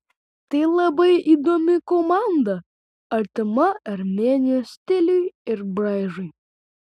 tai labai įdomi komanda artima armėnijos stiliui ir braižui